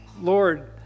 Lord